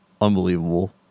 unbelievable